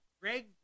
Greg